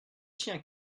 sien